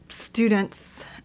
students